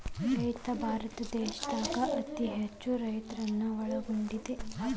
ರೈತ ಭಾರತ ದೇಶದಾಗ ಅತೇ ಹೆಚ್ಚು ರೈತರನ್ನ ಒಳಗೊಂಡಿದೆ